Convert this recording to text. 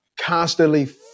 constantly